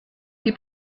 die